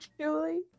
Julie